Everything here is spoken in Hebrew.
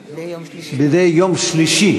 המאה-ושמונים-ושמונה של הכנסת התשע-עשרה יום שלישי,